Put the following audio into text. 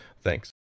Thanks